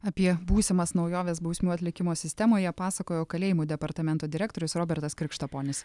apie būsimas naujoves bausmių atlikimo sistemoje pasakojo kalėjimų departamento direktorius robertas krikštaponis